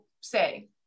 say